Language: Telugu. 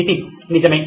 నితిన్ నిజమే